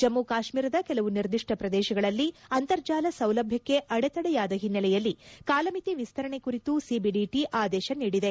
ಜಮ್ಮು ಕಾಶ್ಮೀರದ ಕೆಲವು ನಿರ್ದಿಷ್ಟ ಪ್ರದೇಶಗಳಲ್ಲಿ ಅಂತರ್ಜಾಲ ಸೌಲಭ್ವಕ್ಷೆ ಅಡೆತಡೆಯಾದ ಹಿನ್ನೆಲೆಯಲ್ಲಿ ಕಾಲಮಿತಿ ವಿಸ್ತರಣೆ ಕುರಿತು ಸಿಬಿಡಿಟಿ ಆದೇಶ ನೀಡಿದೆ